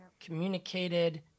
communicated